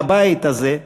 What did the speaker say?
בבית הזה,